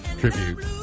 tribute